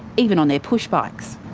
even on their pushbikes.